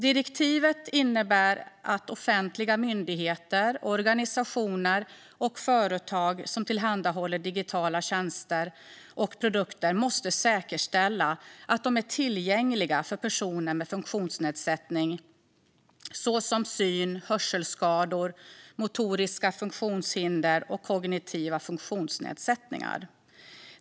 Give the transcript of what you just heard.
Direktivet innebär att offentliga myndigheter, organisationer och företag som tillhandahåller digitala tjänster och produkter måste säkerställa att dessa är tillgängliga för personer med funktionsnedsättning, såsom syn eller hörselskador, motoriska funktionshinder och kognitiva funktionsnedsättningar.